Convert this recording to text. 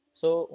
mm